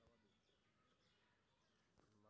ई commerce की होए छै?